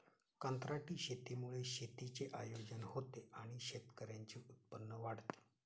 कंत्राटी शेतीमुळे शेतीचे आयोजन होते आणि शेतकऱ्यांचे उत्पन्न वाढते